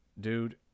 Dude